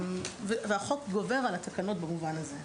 החוק גובר על התקנות במובן הזה.